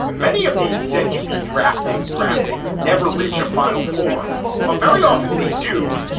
many of these said to be drafting drafting is never reach a final form, but very often they do,